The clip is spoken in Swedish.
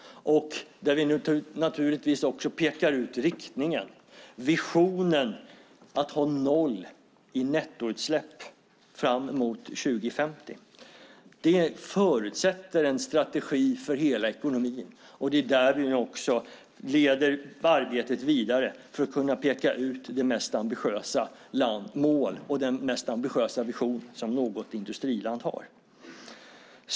Vi pekar ut riktningen - visionen att ha noll i nettoutsläpp fram mot 2050. Det förutsätter en strategi för hela ekonomin, och det är där vi nu också leder arbetet vidare för att kunna peka ut det mest ambitiösa mål och den mest ambitiösa vision som något industriland har.